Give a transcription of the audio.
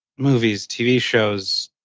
movies, tv shows,